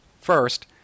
First